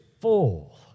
full